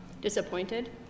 disappointed